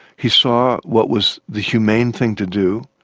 he saw what was the humane thing to do,